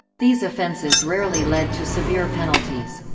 these offences rarely led to severe penalties.